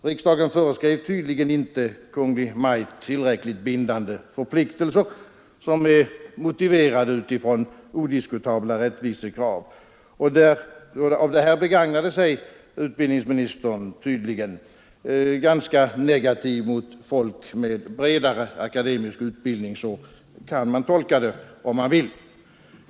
Riksdagen föreskrev tydligen inte Kungl. Maj:t tillräckligt bindande förpliktelser, som är motiverade av odiskutabla rättvisekrav, och detta begagnade sig utbildningsministern av — tydligen ganska negativ mot folk med bredare akademisk utbildning; så kan man tolka det om man vill.